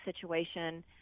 situation